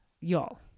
Y'all